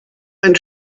ein